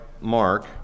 Mark